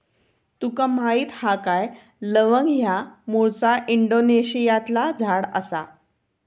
तुका माहीत हा काय लवंग ह्या मूळचा इंडोनेशियातला झाड आसा